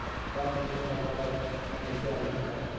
स्वास्थ्य बीमा करवाय बर मैं कइसे आवेदन करव?